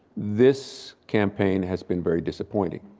this campaign has been very disappointing.